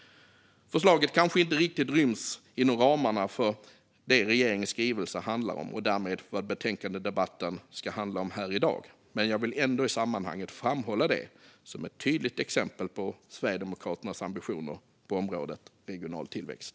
Förslaget kanske inte riktigt ryms inom ramarna för det regeringens skrivelse handlar om och därmed för vad betänkandedebatten ska handla om här i dag, men jag vill ändå i sammanhanget framhålla det som ett tydligt exempel på Sverigedemokraternas ambitioner på området regional tillväxt.